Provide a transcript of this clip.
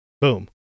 Boom